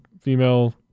female